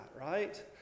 right